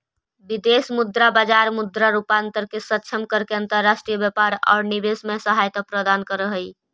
विदेश मुद्रा बाजार मुद्रा रूपांतरण के सक्षम करके अंतर्राष्ट्रीय व्यापार औउर निवेश में सहायता प्रदान करऽ हई